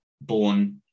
born